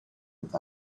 with